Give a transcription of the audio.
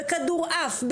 בכדור-עף,